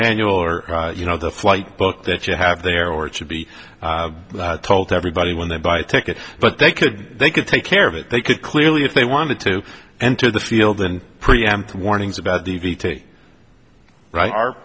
manual or you know the flight book that you have there or to be told everybody when they buy a ticket but they could they could take care of it they could clearly if they wanted to enter the field and preempt warnings about the v t right our